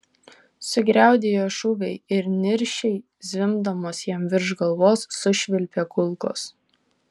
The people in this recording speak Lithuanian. sugriaudėjo šūviai ir niršiai zvimbdamos jam virš galvos sušvilpė kulkos